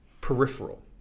peripheral